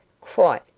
quite,